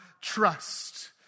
trust